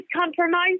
compromise